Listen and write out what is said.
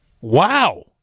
Wow